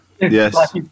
yes